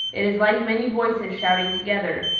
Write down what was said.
it is like many voices shouting together,